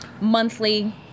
monthly